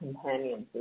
companions